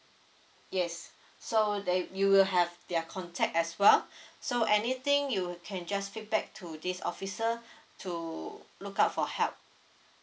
yes so they you will have their contact as well so anything you can just feedback to this officer to look out for help